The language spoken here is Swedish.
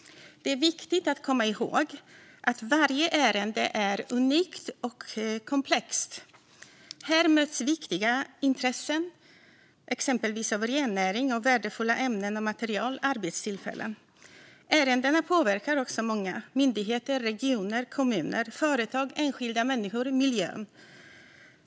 Det är viktigt att komma ihåg att varje ärende är unikt och komplext. Här möts viktiga intressen, exempelvis rennäring, värdefulla ämnen och material liksom arbetstillfällen. Ärendena påverkar också många: myndigheter, regioner, kommuner, företag, enskilda människor och miljön.